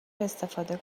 استفاده